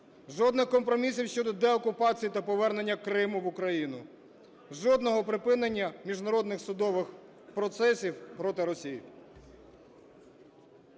Жодних компромісів щодо деокупації та повернення Криму в Україну. Жодного припинення міжнародних судових процесів проти Росії.